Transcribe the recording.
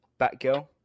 batgirl